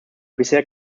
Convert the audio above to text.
bisher